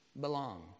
belong